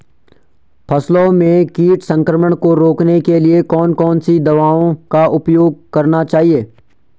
फसलों में कीट संक्रमण को रोकने के लिए कौन कौन सी दवाओं का उपयोग करना चाहिए?